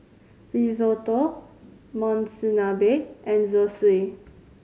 Risotto Monsunabe and Zosui